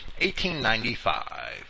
1895